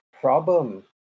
problem